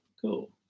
cool